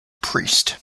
priest